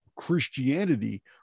Christianity